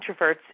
introverts